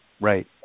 Right